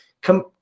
come